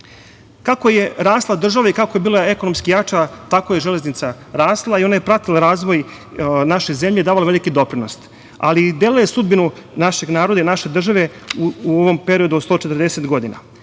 Kako je rasla država i kako je bila ekonomski jača, tako je i železnica rasla i ona je pratila razvoj naše zemlje i davala veliki doprinos, ali delila je sudbinu našeg naroda i naše države u ovom periodu od 140 godina. Tokom